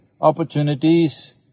opportunities